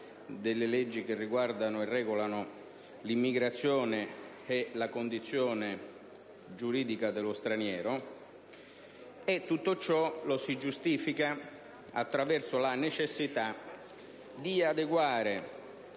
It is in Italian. delle leggi che riguardano e regolano l'immigrazione e la condizione giuridica dello straniero, e lo si giustifica attraverso la necessità di adeguare